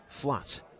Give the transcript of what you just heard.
Flat